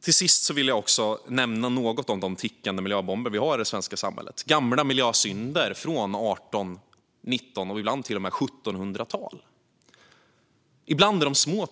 Till sist vill jag också nämna något om de tickande miljöbomber som vi har i det svenska samhället: gamla miljösynder från 1900, 1800 och ibland till och med 1700-talet. Ibland är de små